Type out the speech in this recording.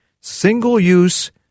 single-use